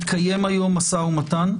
מתקיים היום משא ומתן.